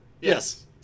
Yes